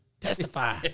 Testify